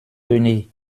tenez